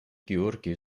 георгий